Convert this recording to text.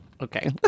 Okay